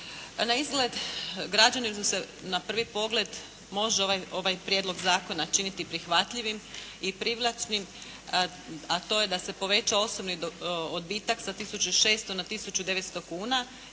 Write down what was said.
Na izgled građanima se na prvi pogled može ovaj prijedlog zakona činiti prihvatljivim i privlačnim a to je da se poveća osobni odbitak sa tisuću 600 na